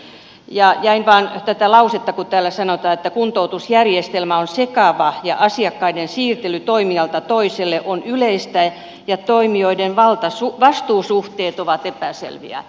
jäin vain miettimään tätä lausetta kun täällä sanotaan että kuntoutusjärjestelmä on sekava asiakkaiden siirtely toimijalta toiselle on yleistä ja toimijoiden vastuusuhteet ovat epäselviä